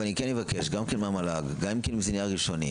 אבל אני אבקש גם מהמל"ג, גם כנייר ראשוני